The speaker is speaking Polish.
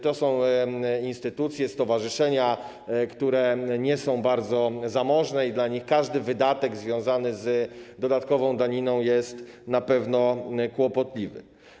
To są instytucje, stowarzyszenia, które nie są zbyt zamożne, dla których każdy wydatek związany z dodatkową daniną jest na pewno kłopotliwy.